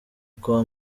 kwa